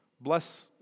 bless